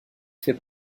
fait